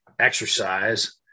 exercise